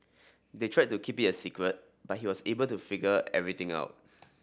they tried to keep it a secret but he was able to figure everything out